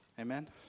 Amen